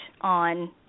on